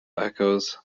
echos